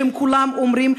שהם כולם אומרים: